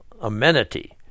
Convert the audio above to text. amenity